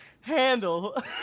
handle